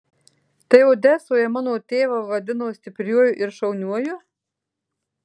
tai odesoje mano tėvą vadino stipriuoju ir šauniuoju